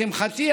לשמחתי,